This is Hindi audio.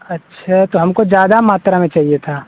अच्छा तो हमको ज्यादा मात्रा में चाहिए था